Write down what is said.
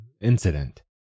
incident